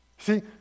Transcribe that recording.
See